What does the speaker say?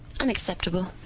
Unacceptable